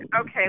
okay